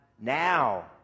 now